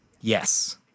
Yes